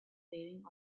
bearing